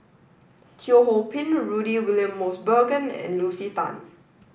Teo Ho Pin Rudy William Mosbergen and Lucy Tan